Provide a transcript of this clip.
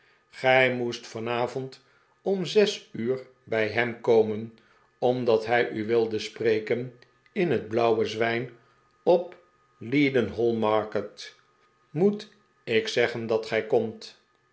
gij moest vanavond om zes uur bij hem komen omdat hij u wilde spreken in het blauwe zwijn op de leadenhall market moet ik zeggen dat ge komt